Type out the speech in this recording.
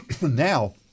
now